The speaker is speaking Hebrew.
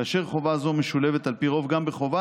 כאשר חובה זו משולבת על פי רוב גם בחובה